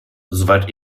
soweit